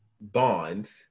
bonds